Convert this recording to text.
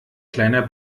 kleiner